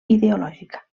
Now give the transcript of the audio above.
ideològica